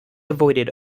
avoided